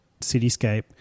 cityscape